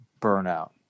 burnout